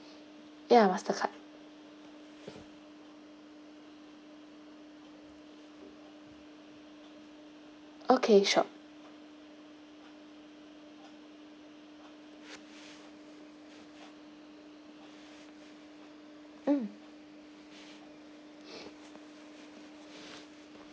yeah mastercard okay sure mm